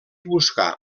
buscar